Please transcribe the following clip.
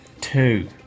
Two